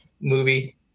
movie